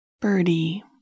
Birdie